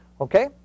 Okay